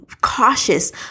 cautious